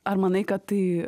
ar manai kad tai